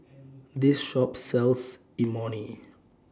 This Shop sells Imoni